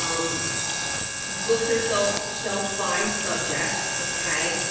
um books, or self shelf by subject. okay.